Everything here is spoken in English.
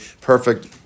perfect